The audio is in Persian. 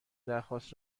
درخواست